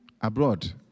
abroad